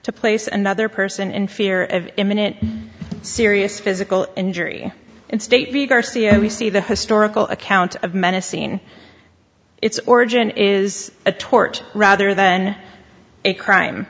to place another person in fear of imminent serious physical injury in state b garcia we see the historical account of menacing it's origin is a tort rather than a crime